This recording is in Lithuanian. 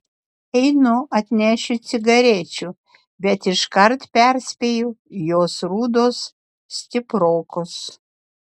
einu atnešiu cigarečių bet iškart perspėju jos rudos stiprokos